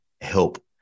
help